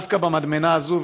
דווקא במדמנה הזאת,